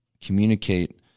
communicate